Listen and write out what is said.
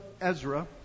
Ezra